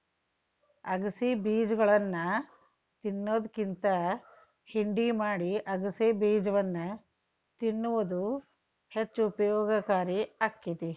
ಅಗಸೆ ಬೇಜಗಳನ್ನಾ ತಿನ್ನೋದ್ಕಿಂತ ಹಿಂಡಿ ಮಾಡಿ ಅಗಸೆಬೇಜವನ್ನು ತಿನ್ನುವುದು ಹೆಚ್ಚು ಪ್ರಯೋಜನಕಾರಿ ಆಕ್ಕೆತಿ